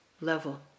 level